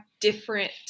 different